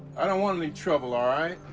i don't want any trouble, alright?